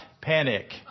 panic